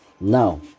now